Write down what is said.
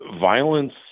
violence